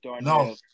no